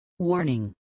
Warning